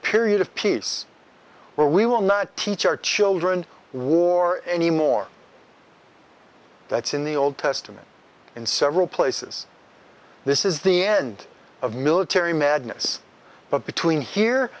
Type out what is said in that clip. period of peace where we will not teach our children war anymore that's in the old testament in several places this is the end of military madness but between here